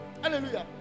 hallelujah